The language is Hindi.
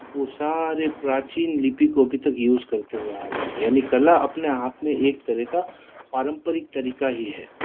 वो सारे प्राचीन लिपि को अभी तक यूज़ करते हुए आ रहे हैं यानी कला अपने आप में एक तरह का पारम्परिक तरीक़ा ही है